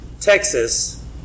Texas